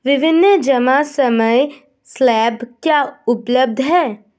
विभिन्न जमा समय स्लैब क्या उपलब्ध हैं?